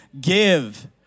give